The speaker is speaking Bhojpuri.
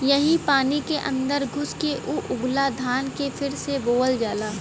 यही पानी क अन्दर घुस के ऊ उगला धान के फिर से बोअल जाला